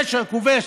שכובש,